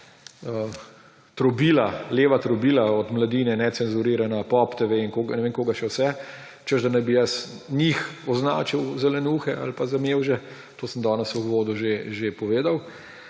trobila, leva trobila, od Mladine, Necenzurirano, POPTV in ne vem koga še vse, češ, da naj bi jaz njih označil za lenuhe ali pa za mevže. To sem danes v uvodu že povedal.